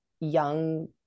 young